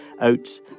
oats